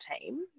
team